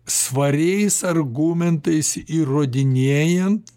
svariais argumentais įrodinėjant